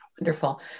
Wonderful